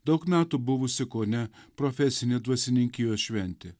daug metų buvusi kone profesinė dvasininkijos šventė